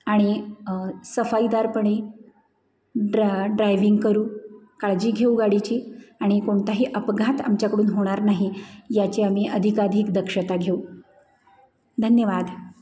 आणि सफाईदारपणे ड्रा ड्रायविंग करू काळजी घेऊ गाडीची आणि कोणताही अपघात आमच्याकडून होणार नाही याची आम्ही अधिकाधिक दक्षता घेऊ धन्यवाद